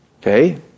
Okay